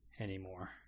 anymore